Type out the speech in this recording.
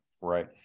Right